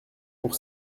pour